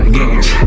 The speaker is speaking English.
games